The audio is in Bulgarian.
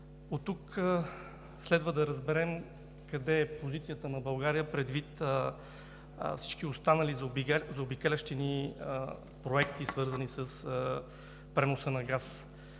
Оттук следва да разберем къде е позицията на България предвид всички останали заобикалящи ни проекти, свързани с преноса на газ.